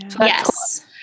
Yes